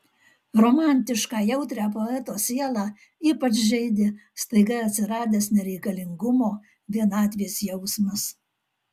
romantišką jautrią poeto sielą ypač žeidė staiga atsiradęs nereikalingumo vienatvės jausmas